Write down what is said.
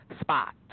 spot